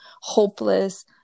hopeless